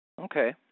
Okay